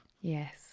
yes